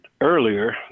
earlier